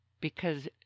Because